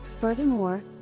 Furthermore